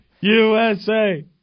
USA